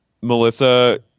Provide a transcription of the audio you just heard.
Melissa